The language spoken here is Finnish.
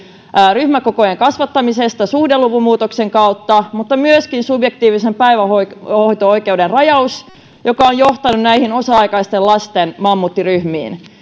ryhmäkokojen kasvattamisesta suhdeluvun muutoksen kautta mutta myöskään subjektiivisen päivähoito oikeuden rajausta joka on johtanut näihin osa aikaisten lasten mammuttiryhmiin